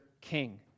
king